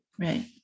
right